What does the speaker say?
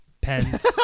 pens